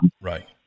Right